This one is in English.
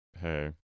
Hey